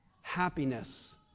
happiness